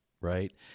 right